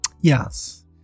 Yes